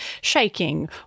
shaking